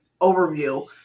overview